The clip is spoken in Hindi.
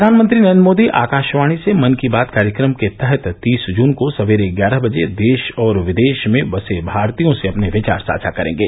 प्रधानमंत्री नरेन्द्र मोदी आकाशवाणी से मन की बात कार्यक्रम के तहत तीस जून को सवेरे ग्यारह बजे देश और विदेश में बसे भारतीयों से अपने विचार साझा करेंगे